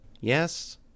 Yes